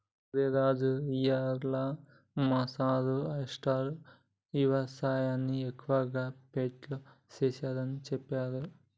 ఒరై రాజు ఇయ్యాల మా సారు ఆయిస్టార్ యవసాయన్ని ఎక్కువగా ఫ్రెంచ్లో సెస్తారని సెప్పారు